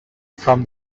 from